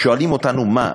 שואלים אותנו: מה,